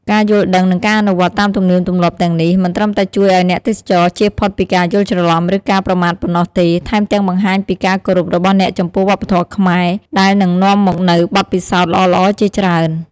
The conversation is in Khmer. ការយល់ដឹង និងការអនុវត្តន៍តាមទំនៀមទម្លាប់ទាំងនេះ មិនត្រឹមតែជួយឱ្យអ្នកទេសចរជៀសផុតពីការយល់ច្រឡំ ឬការប្រមាថប៉ុណ្ណោះទេ ថែមទាំងបង្ហាញពីការគោរពរបស់អ្នកចំពោះវប្បធម៌ខ្មែរ ដែលនឹងនាំមកនូវបទពិសោធន៍ល្អៗជាច្រើន។